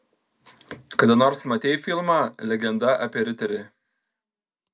kada nors matei filmą legenda apie riterį